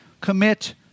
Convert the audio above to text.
commit